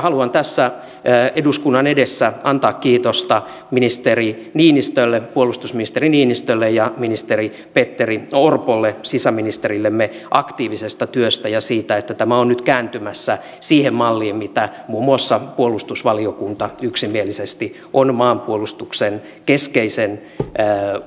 haluan tässä eduskunnan edessä antaa kiitosta puolustusministeri niinistölle ja ministeri petteri orpolle sisäministerillemme aktiivisesta työstä ja siitä että tämä on nyt kääntymässä siihen malliin mitä muun muassa puolustusvaliokunta yksimielisesti on maanpuolustuksen keskeisen